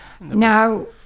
Now